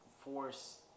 force